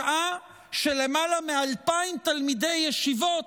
בשעה שלמעלה מ-2,000 תלמידי ישיבות,